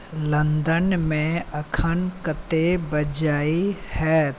लन्दनमे एखन कतेक बजैत होयत